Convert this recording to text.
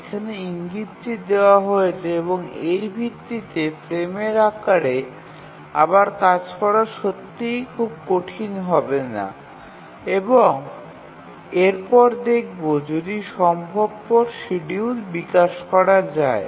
এখানে ইঙ্গিতটি দেওয়া হয়েছে এবং এর ভিত্তিতে ফ্রেমের আকারে আবার কাজ করা সত্যিই খুব কঠিন হবে না এবং এরপর দেখবো যদি সম্ভবপর শিডিউল বিকাশ করা যায়